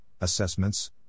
assessments